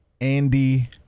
Andy